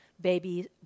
baby